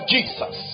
Jesus